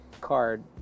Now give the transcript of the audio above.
card